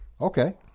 Okay